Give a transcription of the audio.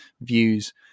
views